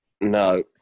No